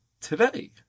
Today